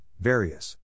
Various